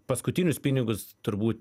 paskutinius pinigus turbūt